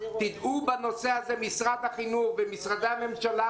תדעו להיות אנושיים, משרד החינוך ומשרדי הממשלה.